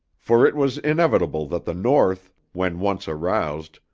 for it was inevitable that the north, when once aroused,